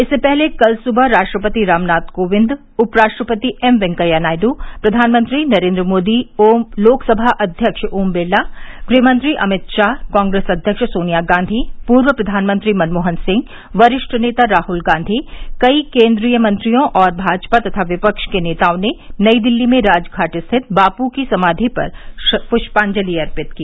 इससे पहले कल सुबह राष्ट्रपति रामनाथ कोविंद उपराष्ट्रपति एम वेंकैया नायडु प्रधानमंत्री नरेन्द्र मोदी लोकसभा अध्यक्ष ओम बिड़ला गृहमंत्री अमित शाह कांग्रेस अध्यक्ष सोनिया गांधी पूर्व प्रधानमंत्री मनमोहन सिंह वरिष्ठ नेता राहुल गांधी कई केन्द्रीय मंत्रियों और भाजपा तथा विपक्ष के नेताओं ने नई दिल्ली में राजघाट स्थित बापू की समाधि पर पुष्पांजलि अर्पित की